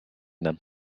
them